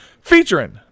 featuring